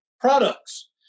products